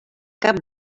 cap